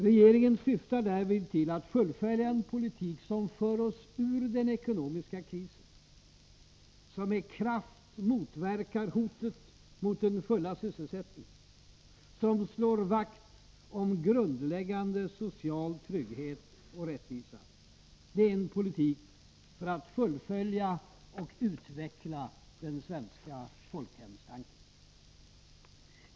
Regeringen syftar därvid till att fullfölja en politik som för oss ur den ekonomiska krisen, som med kraft motverkar hotet mot den fulla sysselsättningen, som slår vakt om grundläggande social trygghet och rättvisa. Det är en politik för att fullfölja och utveckla den svenska folkhemstanken.